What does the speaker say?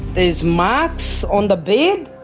there's marks on the bed!